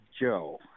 Joe